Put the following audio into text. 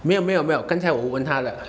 没有没有没有刚才我问他了